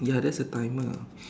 ya that's the timer